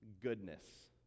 goodness